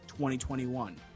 2021